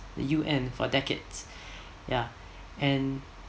the U_N for decades ya and